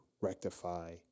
rectify